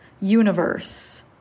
universe